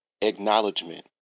Acknowledgement